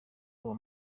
uwo